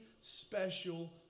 special